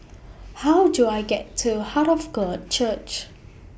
How Do I get to Heart of God Church